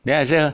there I say ah